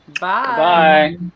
Bye